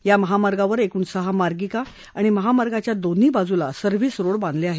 या महामार्गावर एकूण सहा मार्गिका आणि महामार्गाच्या दोन्ही बाजूला सर्व्हिस रोड बांधले आहेत